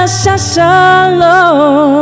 shallow